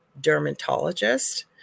dermatologist